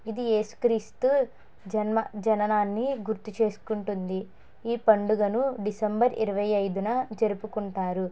ఇది యేసుక్రీస్తు జన్మ జననాన్ని గుర్తు చేసుకుంటుంది ఈ పండుగను డిసెంబర్ ఇరవై ఐదున జరుపుకుంటారు